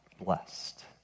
blessed